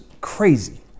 crazy